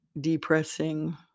depressing